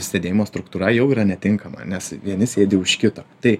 sėdėjimo struktūra jau yra netinkama nes vieni sėdi už kito tai